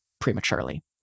prematurely